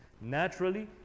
Naturally